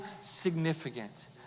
significant